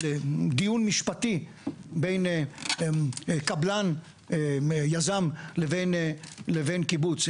לדיון משפטי בין קבלן, יזם, לבין קיבוץ.